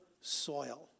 soil